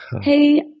Hey